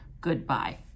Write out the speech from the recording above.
goodbye